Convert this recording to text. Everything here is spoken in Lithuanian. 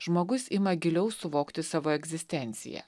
žmogus ima giliau suvokti savo egzistenciją